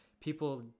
people